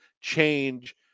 change